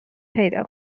پیدا